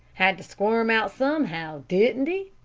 had to squirm out somehow, didn't he?